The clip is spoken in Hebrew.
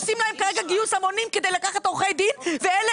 עושים להם כרגע גיוס המונים כדי לקחת עורכי דין ואלה